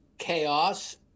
chaos